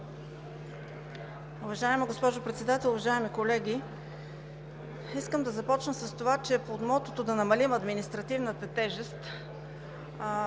Уважаема госпожо Председател, уважаеми колеги! Искам да започна с това, че под мотото да намалим административната тежест